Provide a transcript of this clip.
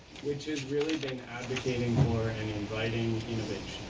which has really been abdicating for and inviting